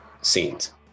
scenes